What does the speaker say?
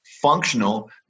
functional